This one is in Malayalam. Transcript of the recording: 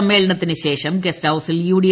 സമ്മേളനത്തിന് ശേഷം ഗസ്റ്റ് ഹൌസിൽ യുഡി